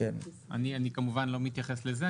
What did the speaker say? אני כמובן לא מתייחס לזה,